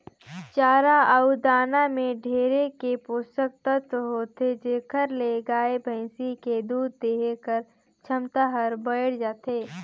चारा अउ दाना में ढेरे के पोसक तत्व होथे जेखर ले गाय, भइसी के दूद देहे कर छमता हर बायड़ जाथे